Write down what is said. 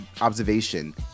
observation